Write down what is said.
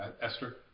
Esther